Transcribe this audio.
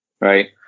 right